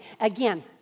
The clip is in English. Again